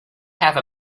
have